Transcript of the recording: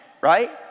right